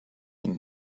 and